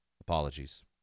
apologies